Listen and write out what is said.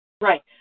Right